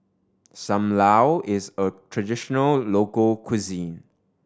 Sam Lau is a traditional local cuisine